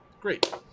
Great